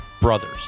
brothers